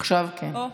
עכשיו כן.